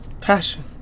Passion